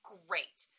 great